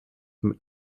mit